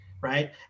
right